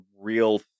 real